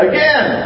Again